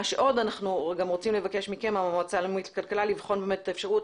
אנחנו רוצים לבקש מהמועצה הלאומית לכלכלה לבחון את האפשרות